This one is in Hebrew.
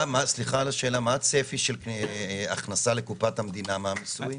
מה צפי ההכנסה לקופת המדינה מהמיסוי?